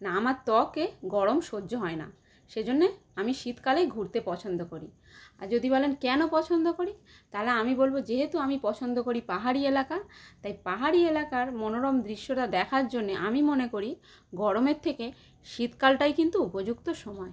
না আমার ত্বকে গরম সহ্য হয় না সেই জন্যে আমি শীতকালেই ঘুরতে পছন্দ করি আর যদি বলেন কেন পছন্দ করি তালে আমি বলবো যেহেতু আমি পছন্দ করি পাহাড়ি এলাকা তাই পাহাড়ি এলাকার মনোরম দৃশ্যটা দেখার জন্যে আমি মনে করি গরমের থেকে শীতকালটাই কিন্তু উপযুক্ত সময়